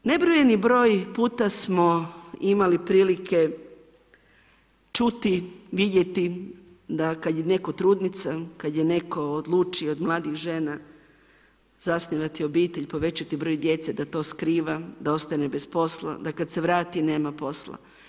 Nebrojeni broj puta smo imali prilike čuti, vidjeti da kad je netko trudnica, kad je netko odlučio od mladih žena zasnovati obitelj, povećati broj djece, da to skriva, da ostane bez posla, da kad se vrati nema posla.